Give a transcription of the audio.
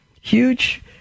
huge